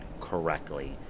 correctly